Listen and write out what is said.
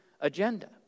agenda